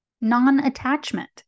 Non-attachment